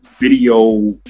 video